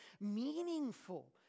meaningful